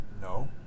No